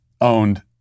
owned